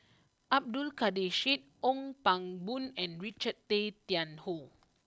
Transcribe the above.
Abdul Kadir Syed Ong Pang Boon and Richard Tay Tian Hoe